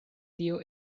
tio